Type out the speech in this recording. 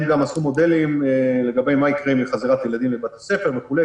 הם גם עשו מודלים לגבי מה יקרה עם חזרת ילדים לבתי ספר וכולי,